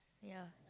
ya